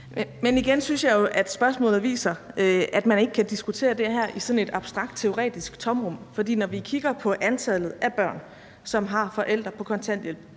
Men igen synes jeg jo, at spørgsmålet viser, at man ikke kan diskutere det her i sådan et abstrakt teoretisk tomrum. For vi kan kigge på antallet af børn, som har forældre på kontanthjælp